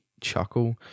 chuckle